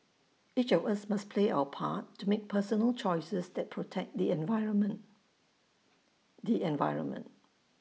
each of us must play our part to make personal choices that protect the environment the environment